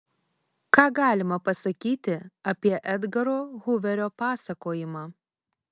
ką galima pasakyti apie edgaro huverio pasakojimą